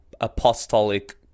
apostolic